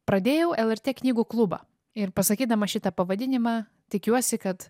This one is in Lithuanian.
pradėjau lrt knygų klubą ir pasakydama šitą pavadinimą tikiuosi kad